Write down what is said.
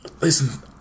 listen